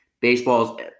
Baseball's